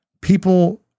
People